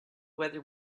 whether